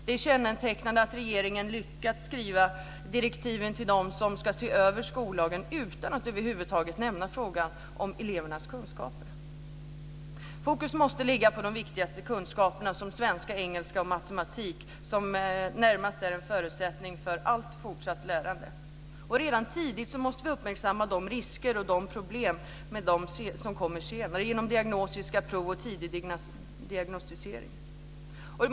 Det är kännetecknande att regeringen har lyckats skriva direktiven till dem som ska se över skollagen utan att över huvud taget nämna frågan om elevernas kunskaper. Fokus måste sättas på de viktigaste kunskaperna såsom svenska engelska och matematik, de ämnen som är en förutsättning för allt fortsatt lärande. Redan tidigt måste vi uppmärksamma de risker och de problem som senare kan uppstå genom diagnostiska prov och tidig diagnostisering.